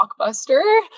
blockbuster